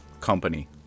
company